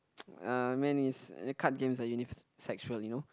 uh I meant is card games are sexual you know